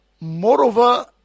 Moreover